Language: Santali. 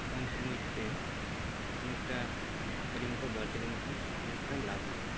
ᱠᱚᱢ ᱥᱚᱢᱚᱭᱛᱮ ᱚᱱᱮᱠᱴᱟ ᱳᱡᱳᱱ ᱠᱚ ᱵᱟᱹᱲᱛᱤ ᱞᱮᱱᱠᱷᱟᱱ ᱚᱱᱮᱠᱴᱟ ᱞᱟᱵᱷ ᱦᱩᱭᱩᱜᱼᱟ